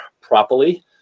properly